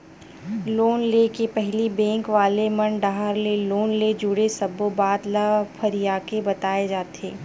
loan ले के पहिली बेंक वाले मन डाहर ले लोन ले जुड़े सब्बो बात ल फरियाके बताए जाथे